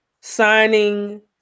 signing